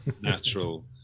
natural